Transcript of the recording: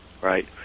Right